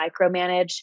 micromanage